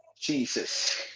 Jesus